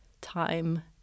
time